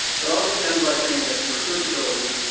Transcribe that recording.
but i'll just end by saying that for searchability,